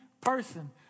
person